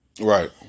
Right